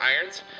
Irons